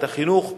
את החינוך.